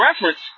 reference